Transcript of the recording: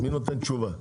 מי נותן תשובה?